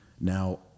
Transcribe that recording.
Now